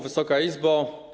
Wysoka Izbo!